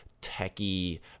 techy